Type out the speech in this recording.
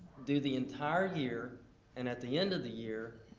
do the entire year, and at the end of the year,